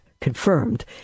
confirmed